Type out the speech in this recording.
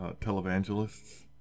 televangelists